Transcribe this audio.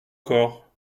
corps